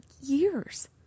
years